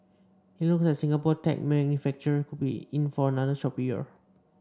it looks like Singapore tech manufacturer could be in for another choppy year